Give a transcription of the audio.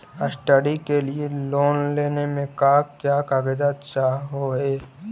Study के लिये loan लेने मे का क्या कागजात चहोये?